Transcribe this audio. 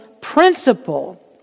principle